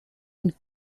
une